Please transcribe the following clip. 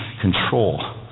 control